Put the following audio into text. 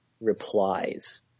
replies